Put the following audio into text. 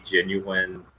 genuine